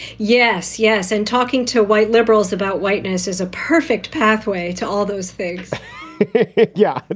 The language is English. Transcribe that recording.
yes. yes. and talking to white liberals about whiteness is a perfect pathway to all those things yeah, but